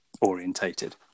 orientated